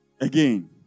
Again